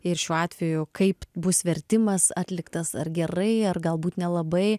ir šiuo atveju kaip bus vertimas atliktas ar gerai ar galbūt nelabai